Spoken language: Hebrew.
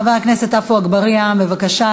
חבר הכנסת עפו אגבאריה, בבקשה.